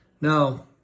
Now